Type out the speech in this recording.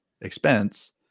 expense